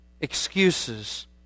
excuses